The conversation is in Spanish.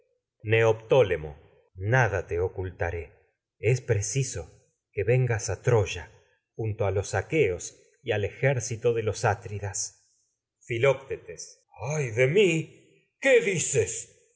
te comprendo neoptólemo nada te ocultaré es preciso que vengas a troya junto a los aqueos y al ejército de los atridas filoctetes ay de mi qué dices